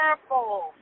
careful